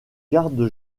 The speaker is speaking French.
garde